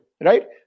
right